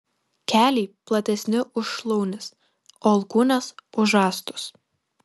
keliai platesni už šlaunis o alkūnės už žastus